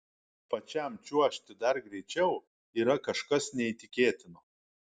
pačiam čiuožti dar greičiau yra kažkas neįtikėtino